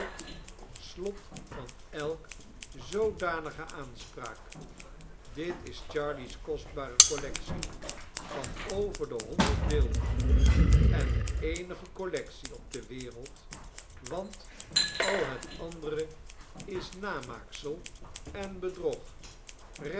slot van elke zoodanige aanspraak dit is jarley's kostbare collectie van over de honderd beelden en de eenige collectie op de wereld want al het andere is namaaksel en bedrog